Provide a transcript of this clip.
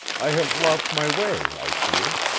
i have lost my way, i fear.